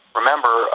remember